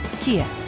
Kia